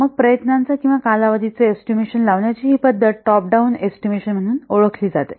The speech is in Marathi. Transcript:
मग प्रयत्नांचा किंवा कालावधीचा एस्टिमेशन लावण्याची ही पद्धत टॉप डाऊन एस्टिमेशन म्हणून ओळखली जाते